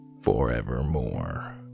forevermore